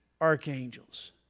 archangels